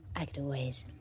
i could always.